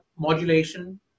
modulation